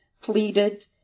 pleaded